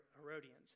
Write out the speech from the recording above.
Herodians